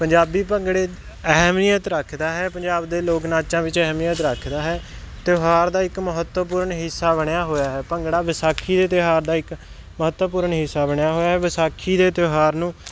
ਪੰਜਾਬੀ ਭੰਗੜੇ ਅਹਿਮੀਅਤ ਰੱਖਦਾ ਹੈ ਪੰਜਾਬ ਦੇ ਲੋਕ ਨਾਚਾਂ ਵਿੱਚ ਅਹਿਮੀਅਤ ਰੱਖਦਾ ਹੈ ਤਿਉਹਾਰ ਦਾ ਇੱਕ ਮਹੱਤਵਪੂਰਨ ਹਿੱਸਾ ਬਣਿਆ ਹੋਇਆ ਹੈ ਭੰਗੜਾ ਵਿਸਾਖੀ ਦੇ ਤਿਉਹਾਰ ਦਾ ਇੱਕ ਮਹੱਤਵਪੂਰਨ ਹਿੱਸਾ ਬਣਿਆ ਹੋਇਆ ਵਿਸਾਖੀ ਦੇ ਤਿਉਹਾਰ ਨੂੰ